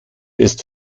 ist